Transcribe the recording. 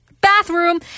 bathroom